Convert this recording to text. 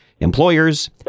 employers